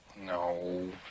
No